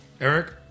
Eric